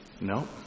No